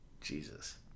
Jesus